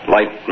Light